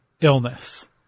illness